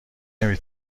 نمی